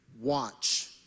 watch